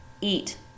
eat